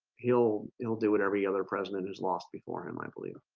he'll it'll do what every other president has lost before him i believe